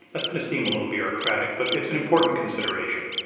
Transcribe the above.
that's going to seem a little bureaucratic but it's an important consideration.